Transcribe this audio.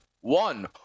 One